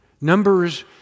Numbers